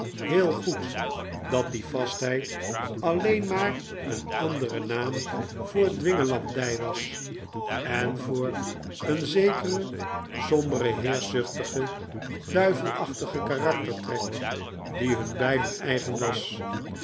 heel goed dat die vastheid alleen maar een andere naam voor dwingelandij was en voor een zekere sombere heerschzuchtige duivelachtige karaktertrek die hun beiden eigen was